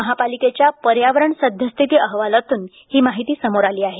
महापालिकेच्या पर्यावरण सद्यस्थिती अहवालातून ही माहिती समोर आली आहे